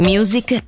Music